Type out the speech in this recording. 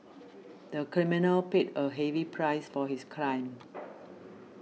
the criminal paid a heavy price for his crime